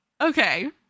okay